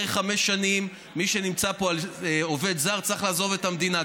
אחרי חמש שנים עובד זר שנמצא פה צריך לעזוב את המדינה.